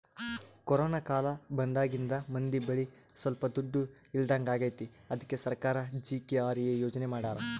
corona ಕಾಲ ಬಂದಾಗಿಂದ ಮಂದಿ ಬಳಿ ಸೊಲ್ಪ ದುಡ್ಡು ಇಲ್ದಂಗಾಗೈತಿ ಅದ್ಕೆ ಸರ್ಕಾರ ಜಿ.ಕೆ.ಆರ್.ಎ ಯೋಜನೆ ಮಾಡಾರ